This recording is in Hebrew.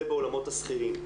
זה בעולמות השכירים.